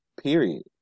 period